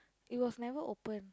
it was never open